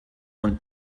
und